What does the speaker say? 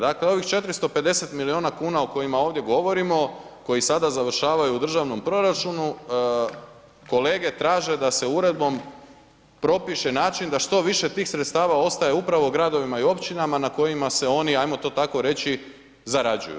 Dakle, ovih 450 milijuna kuna o kojima ovdje govorimo, koji sada završavaju u državnom proračunu, kolege traže da se uredbom propiše način da što više tih sredstava ostaje upravo gradovima i općinama na kojima se oni, ajmo to tako reći, zarađuju.